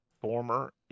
former